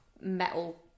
metal